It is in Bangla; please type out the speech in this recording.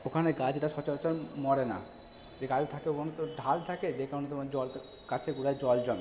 ওখানে গাছরা সচরাচর মরে না যে গাছ থাকে ওখানে তো ঢাল থাকে যে কারণে তোমার জল গাছের গোড়ায় জল জমে না